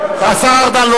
השר ארדן.